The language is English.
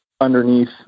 underneath